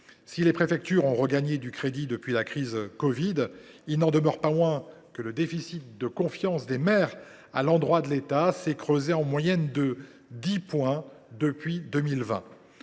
Si les préfectures ont regagné du crédit depuis la crise du covid 19, il n’en demeure pas moins que le déficit de confiance des maires à l’endroit de l’État s’est creusé en moyenne de 10 points depuis 2020.